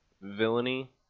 villainy